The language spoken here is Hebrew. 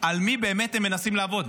באמת הם מנסים לעבוד.